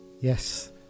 Yes